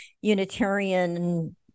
Unitarian